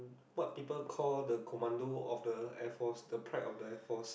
what people call the commando of the Air Force the pride of the Air Force